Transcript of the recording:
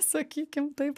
sakykim taip